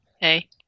Hey